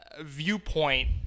viewpoint